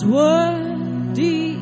worthy